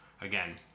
again